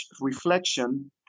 reflection